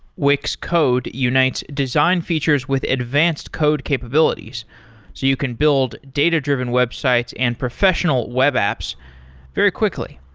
wix code unites design features with advanced code capabilities, so you can build data-driven websites and professional web apps very quickly.